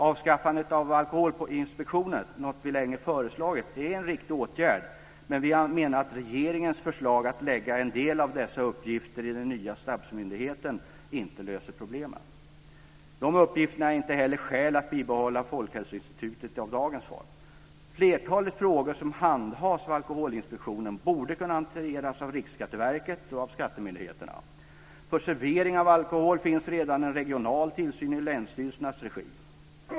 Avskaffandet av Alkoholinspektionen, något vi länge föreslagit, är en riktig åtgärd, men vi menar att regeringens förslag att lägga en del av dessa uppgifter på den nya stabsmyndigheten inte löser problemen. De uppgifterna är inte heller skäl att bibehålla Folkhälsoinstitutet i dagens form. Flertalet frågor som handhas av Alkoholinspektionen borde kunna hanteras av Riksskatteverket och av skattemyndigheterna. För servering av alkohol finns redan en regional tillsyn i länsstyrelsernas regi.